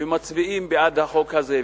ומצביעים בעד החוק הזה,